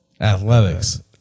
Athletics